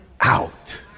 out